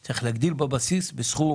אני אומר שצריך להגדיל בבסיס בסכום